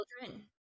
children